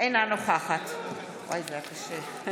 אינה נוכחת המזכירה,